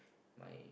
my